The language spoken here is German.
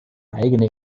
eigene